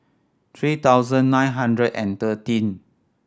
three thousand nine hundred and thirteen